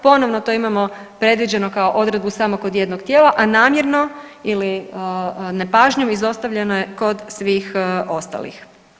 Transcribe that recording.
Ponovno to imamo predviđeno kao odredbu samo kod jednog tijela, a namjerno ili nepažnjom izostavljeno je kod svih ostalih.